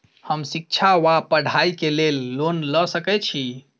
हम शिक्षा वा पढ़ाई केँ लेल लोन लऽ सकै छी?